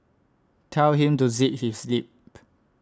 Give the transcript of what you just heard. tell him to zip his lip